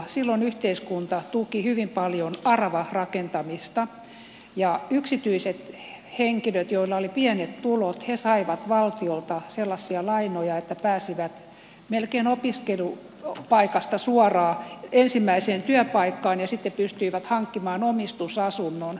silloin yhteiskunta tuki hyvin paljon aravarakentamista ja yksityiset henkilöt joilla oli pienet tulot saivat valtiolta sellaisia lainoja että pääsivät melkein opiskelupaikasta suoraan ensimmäiseen työpaikkaan ja sitten pystyivät hankkimaan omistusasunnon